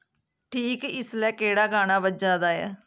ठीक इसलै केह्ड़ा गाना बज्जा दा ऐ